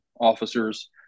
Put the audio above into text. officers